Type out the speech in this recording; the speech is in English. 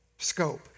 Scope